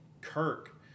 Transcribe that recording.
Kirk